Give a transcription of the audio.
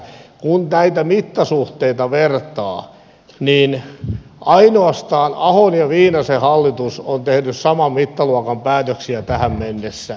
kun näitä mittasuhteita vertaa niin ainoastaan ahon ja viinasen hallitus on tehnyt saman mittaluokan päätöksiä tähän mennessä